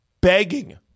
begging